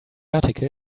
article